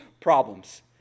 problems